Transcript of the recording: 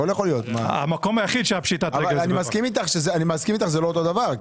הכול יכול להיות אבל מסכים איתך שזה לא אותו דבר.